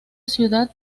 ciudad